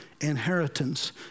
inheritance